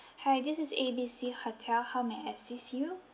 hi this is A B C hotel how may I assist you